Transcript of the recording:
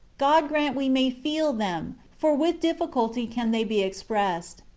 god grant we may feel them, for with difficulty can they be ex pressed.